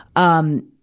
um,